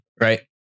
right